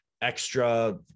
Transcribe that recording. Extra